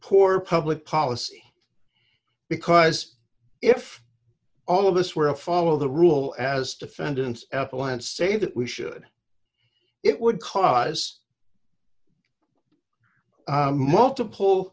poor public policy because if all of this were follow the rule as defendants apple and say that we should it would cause multiple